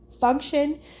function